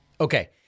Okay